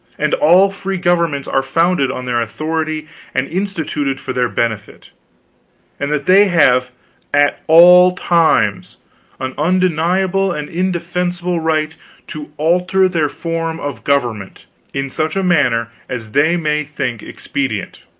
and all free governments are founded on their authority and instituted for their benefit and that they have at all times an undeniable and indefeasible right to alter their form of government in such a manner as they may think expedient.